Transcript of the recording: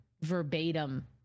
verbatim